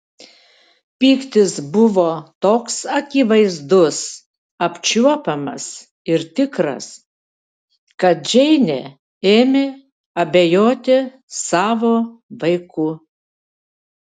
pyktis buvo toks akivaizdus apčiuopiamas ir tikras kad džeinė ėmė abejoti savo vaiku